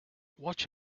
watch